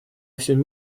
всем